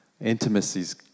Intimacies